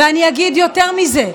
ואני אגיד יותר מזה,